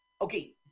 Okay